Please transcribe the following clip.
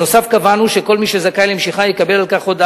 נוסף על כך קבענו שכל מי שזכאי למשיכה יקבל על